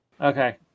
Okay